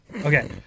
Okay